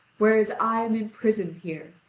whereas i am imprisoned here,